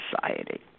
society